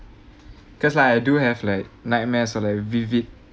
cause like I do have like nightmares or like vivid